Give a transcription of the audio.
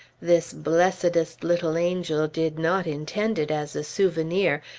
this blessedest little angel did not intend it as a souvenir,